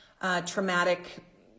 traumatic